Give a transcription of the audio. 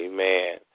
Amen